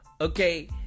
okay